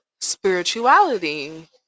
spirituality